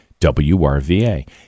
WRVA